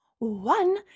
One